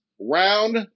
Round